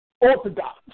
Orthodox